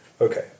okay